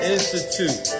Institute